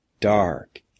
dark